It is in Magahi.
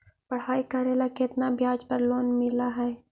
पढाई करेला केतना ब्याज पर लोन मिल हइ?